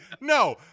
No